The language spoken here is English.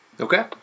Okay